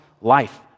life